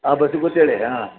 ಆಂ ಬಸ್ಸಿಗೆ ಗೊತ್ತು ಹೇಳಿ ಹಾಂ